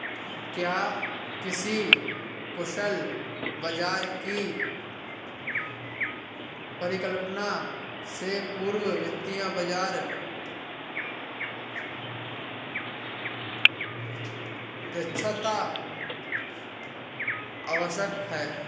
क्या किसी कुशल बाजार की परिकल्पना से पूर्व वित्तीय बाजार दक्षता आवश्यक है?